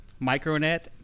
Micronet